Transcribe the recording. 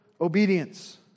obedience